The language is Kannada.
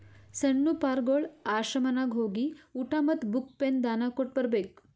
ಸಣ್ಣು ಪಾರ್ಗೊಳ್ ಆಶ್ರಮನಾಗ್ ಹೋಗಿ ಊಟಾ ಮತ್ತ ಬುಕ್, ಪೆನ್ ದಾನಾ ಕೊಟ್ಟ್ ಬರ್ಬೇಕ್